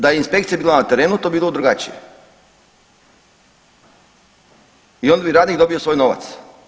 Da je inspekcija bila na terenu to bi bilo drugačije i onda bi radnik dobio svoj novac.